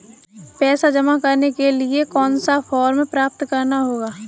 पैसा जमा करने के लिए कौन सा फॉर्म प्राप्त करना होगा?